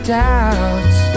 doubts